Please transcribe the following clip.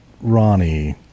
Ronnie